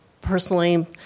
personally